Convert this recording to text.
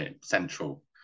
central